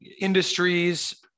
industries